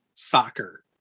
Soccer